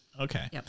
Okay